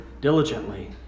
diligently